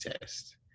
test